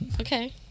Okay